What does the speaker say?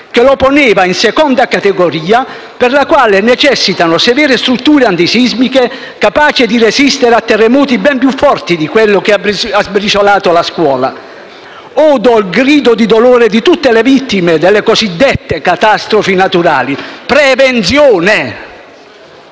che lo poneva in seconda categoria per la quale necessitano severe strutture antisismiche, capaci di resistere a terremoti ben più forti di quello che ha sbriciolato la scuola. Odo il grido di dolore di tutte le vittime delle cosiddette catastrofi naturali. Prevenzione!